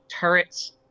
turrets